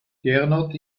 gernot